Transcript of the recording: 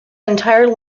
entire